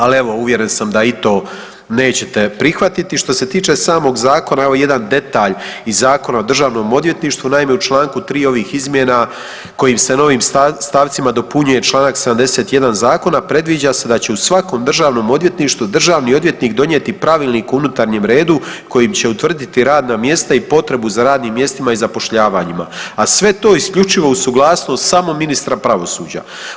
Ali evo, uvjeren sam da i to nećete prihvatiti, što se tiče samog zakona, evo jedan detalj iz Zakona o DORH-u, naime u čl. 3 ovih izmjena kojim se novim stavcima dopunjuje čl. 71 Zakona, predviđa se da će u svakom državnom odvjetništvu, državni odvjetnik donijeti pravilnik o unutarnjem redu kojim će utvrditi radna mjesta i potrebu za radnim mjestima i zapošljavanjima, a sve to isključivo uz suglasnost samo ministra pravosuđa.